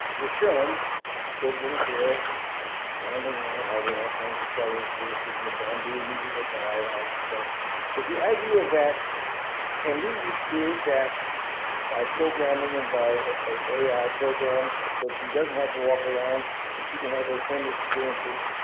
your film shows a little girl wandering around having all kinds of exciting experiences, in the bamboo, meeting a guy, and all that stuff with the idea that can we recreate that by programming and by ai program so she doesn't have to walk around and she can have those same experiences?